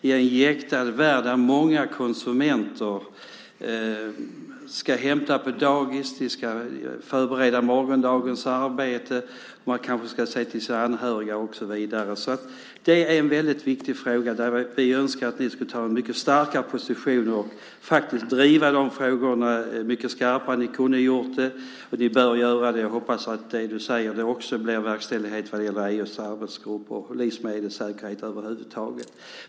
I en jäktad värld där många konsumenter ska hämta på dagis, de ska förbereda morgondagens arbete, de kanske ska se till sina anhöriga och så vidare är det en väldigt viktig fråga där vi önskar att ni ska inta mycket starkare positioner och faktiskt driva de frågorna mycket skarpare. Ni kunde ha gjort det, ni bör göra det, och jag hoppas att det du säger också blir verkställighet vad gäller EU:s arbetsgrupper och livsmedelssäkerhet över huvud taget.